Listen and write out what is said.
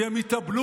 כי הם התאבלו.